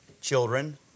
children